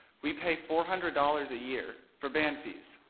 we pay four hundred dollars a year for band fees.